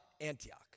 Antioch